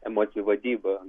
emocijų vadyba